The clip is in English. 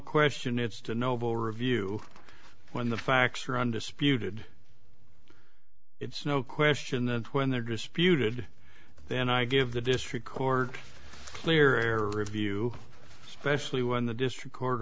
question it's to noble review when the facts are undisputed it's no question that when they're disputed then i give the district court clearer view specially when the district